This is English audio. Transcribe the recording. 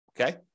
Okay